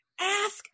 ask